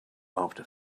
after